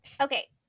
Okay